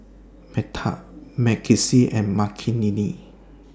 Medha and Makineni